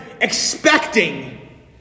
expecting